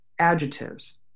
adjectives